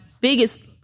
biggest